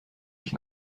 ich